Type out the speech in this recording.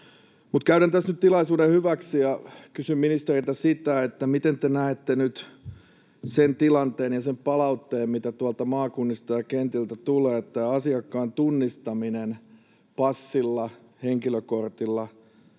käytän tässä nyt tilaisuuden hyväksi ja kysyn ministeriltä sitä, miten te näette nyt sen tilanteen ja sen palautteen, mitä tuolta maakunnista ja kentiltä tulee siitä, että asiakkaan tunnistaminen passilla ja henkilökortilla